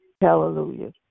Hallelujah